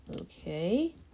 Okay